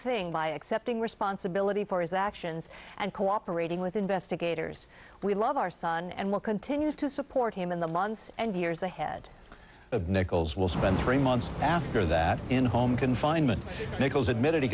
thing by accepting responsibility for his actions and cooperating with investigators we love our son and will continue to support him in the months and years ahead of nichols will spend three months after that in home confinement nichols admitted he